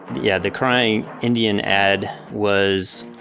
yeah, the crying indian ad was,